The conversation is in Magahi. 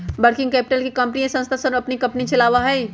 वर्किंग कैपिटल से कंपनी या संस्था अपन कंपनी चलावा हई